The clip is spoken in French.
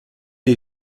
est